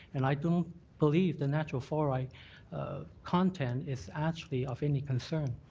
and i don't believe the natural fluoride content is actually of any concern.